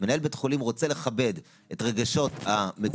מנהל בית חולים רוצה לכבד את רגשות המטופלים,